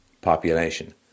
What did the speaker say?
population